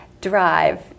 drive